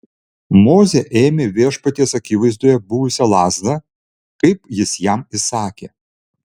mozė ėmė viešpaties akivaizdoje buvusią lazdą kaip jis jam įsakė